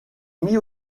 mis